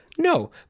No